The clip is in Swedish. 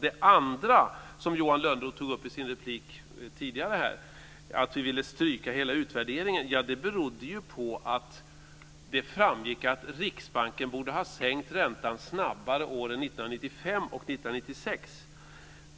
Det andra som Johan Lönnroth tog upp tidigare i sin replik var att vi ville stryka hela utvärderingen. Det berodde på att det framgick att Riksbanken borde ha sänkt räntan snabbare åren 1995 och 1996.